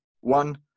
one